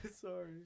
sorry